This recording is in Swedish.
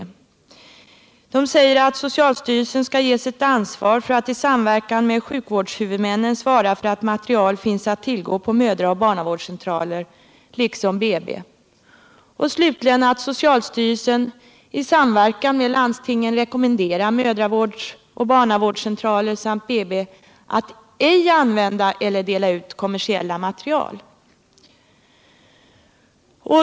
Gruppen säger att socialstyrelsen skall ges ett ansvar för att isamverkan med sjukvårdshuvudmännen svara för att material finns att tillgå på mödraoch barnavårdscentralerna liksom på BB. Slutligen föreslår gruppen att socialstyrelsen i samverkan med landstingen rekommenderar mödraoch barnavårdscentralerna samt BB att ej använda eller dela ut kommersiella material.